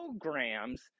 programs